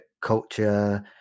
culture